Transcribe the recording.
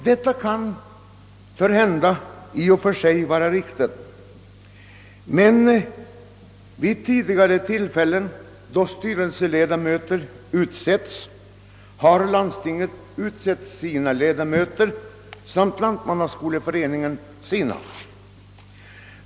Detta kan törhända i och för sig vara riktigt, men vid tidigare tillfällen då styrelseledamöter valts har landstinget utsett sina ledamöter och Lantmannaskoleföreningen sina.